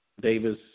Davis